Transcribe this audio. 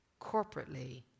corporately